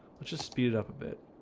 let's just speed it up a bit